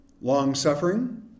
Long-suffering